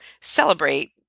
celebrate